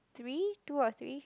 three two or three